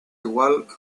igual